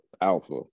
alpha